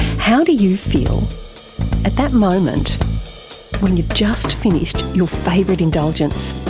how do you feel at that moment when you've just finished your favourite indulgence,